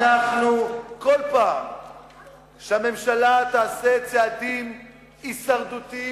כל פעם שהממשלה תעשה צעדים הישרדותיים